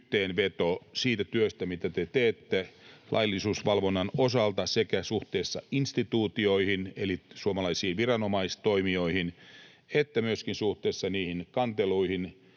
yhteenveto siitä työstä, mitä te teette laillisuusvalvonnan osalta sekä suhteessa instituutioihin, eli suomalaisiin viranomaistoimijoihin, että myöskin suhteessa niihin kanteluihin